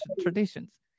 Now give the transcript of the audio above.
traditions